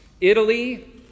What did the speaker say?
Italy